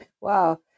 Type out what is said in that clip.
Wow